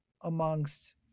amongst